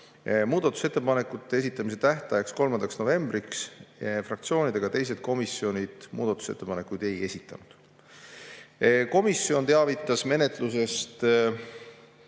Muudatusettepanekute esitamise tähtajaks 3. novembriks fraktsioonid ega teised komisjonid muudatusettepanekuid ei esitanud. Komisjon teavitas menetlusest